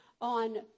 on